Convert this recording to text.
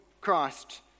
Christ